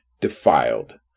defiled